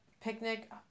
picnic